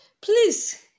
Please